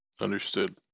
Understood